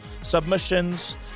Submissions